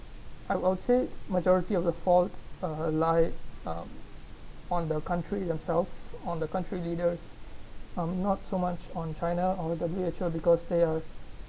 I will take majority of the fault uh like um on the country themselves on the country leaders um not so much on china or the W_H_O because they are